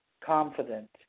confident